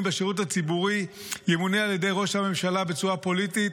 בשירות הציבורי ימונה על ידי ראש הממשלה בצורה פוליטית,